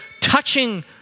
touching